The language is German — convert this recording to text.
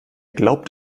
glaubt